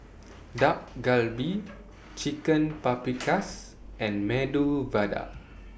Dak Galbi Chicken Paprikas and Medu Vada